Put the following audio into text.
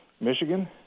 Michigan